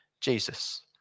Jesus